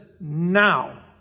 now